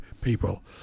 people